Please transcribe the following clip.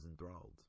enthralled